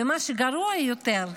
ומה שגרוע יותר,